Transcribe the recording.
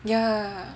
ya